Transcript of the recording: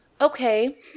Okay